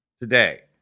today